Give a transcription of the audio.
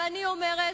ואני אומרת,